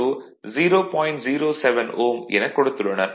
07 Ω எனக் கொடுத்துள்ளனர்